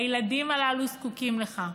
הילדים הללו זקוקים לך.